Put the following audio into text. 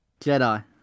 Jedi